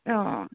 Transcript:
অঁ অঁ